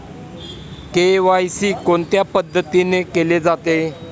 KYC कोणत्या पद्धतीने केले जाते?